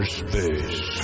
space